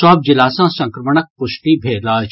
सभ जिला सँ संक्रमणक पुष्टि भेल अछि